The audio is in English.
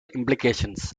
implications